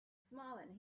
smiling